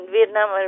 Vietnam